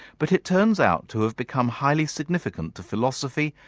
but it turns out to have become highly significant to philosophy,